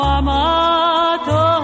amato